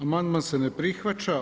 Amandman se ne prihvaća.